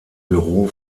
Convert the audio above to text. büro